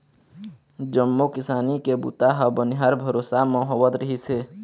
जम्मो किसानी के बूता ह बनिहार भरोसा म होवत रिहिस हे